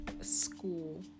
school